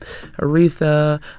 Aretha